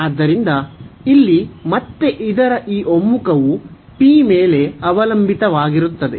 ಆದ್ದರಿಂದ ಇಲ್ಲಿ ಮತ್ತೆ ಇದರ ಈ ಒಮ್ಮುಖವು ಮೇಲೆ ಅವಲಂಬಿತವಾಗಿರುತ್ತದೆ